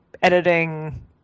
Editing